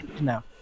No